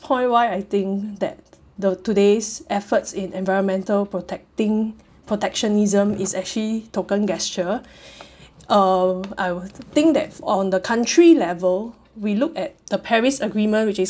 point why I think that the today's efforts in environmental protecting protectionism is actually token gesture um I would think that on the country level we look at the paris agreement which is